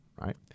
right